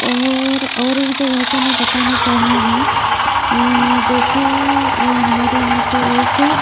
और और एक जगह का मैं बताना चाहूँगी जैसे हमारे यहाँ पर एक